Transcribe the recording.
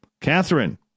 Catherine